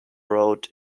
road